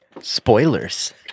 Spoilers